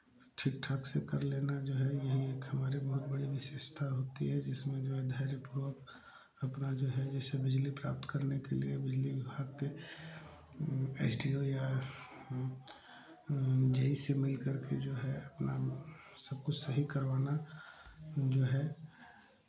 ठीक ठाक से कर लेना जो है यही एक हमारी बहुत बड़ी विशेषता होती है इसमें जो है धैर्यपूर्वक अपना जो है जैसे बिजली प्राप्त करने के लिए बिजली विभाग के एस डी ओ या जे ई से मिल करके जो है अपना सब कुछ सही करवाना जो है